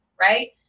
right